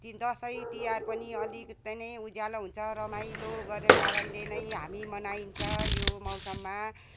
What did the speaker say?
दसैँ तिहार पनि अलिकति नै उज्यालो हुन्छ रमाइलो गरेको कारणले नै हामी मनाइन्छ यो मौसममा